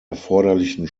erforderlichen